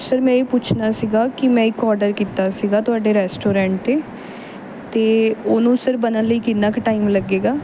sir ਮੈਂ ਇਹ ਪੁੱਛਣਾ ਸੀਗਾ ਕਿ ਮੈਂ ਇੱਕ ਔਡਰ ਕੀਤਾ ਸੀਗਾ ਤੁਹਾਡੇ ਰੈਸਟੋਰੈਂਟ 'ਤੇ ਅਤੇ ਉਹਨੂੰ ਸਰ ਬਣਨ ਲਈ ਕਿੰਨਾ ਕੁ ਟਾਈਮ ਲੱਗੇਗਾ